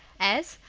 as,